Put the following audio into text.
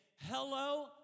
Hello